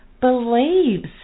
believes